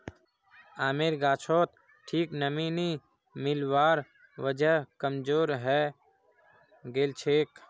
आमेर गाछोत ठीक नमीं नी मिलवार वजह कमजोर हैं गेलछेक